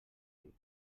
dir